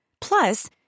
Plus